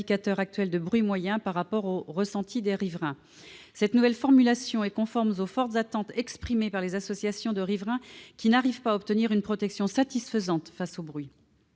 les limites des indicateurs actuels de bruit moyen par rapport au ressenti des riverains. La nouvelle formulation est conforme aux fortes attentes exprimées par les associations de riverains, qui n'arrivent pas à obtenir une protection satisfaisante face au bruit.